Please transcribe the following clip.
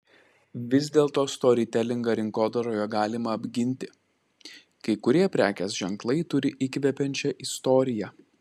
vis dėlto storytelingą rinkodaroje galima apginti kai kurie prekės ženklai turi įkvepiančią istoriją